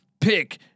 Pick